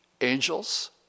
angels